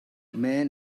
man